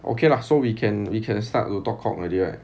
okay lah so we can we can start to talk cock already right